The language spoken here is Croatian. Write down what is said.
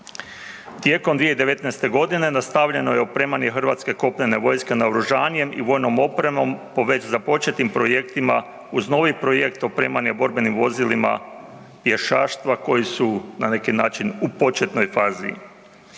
Tijekom 2019. g. nastavljeno je opremanje hrvatske kopnene vojske naoružanjem i vojnom opremom po već započetim projektima uz novi projekt opremanja borbenim vozilima, pješaštva koji su na neki način i početnoj fazi.